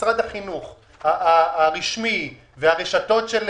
משרד החינוך הרשמי והרשתות,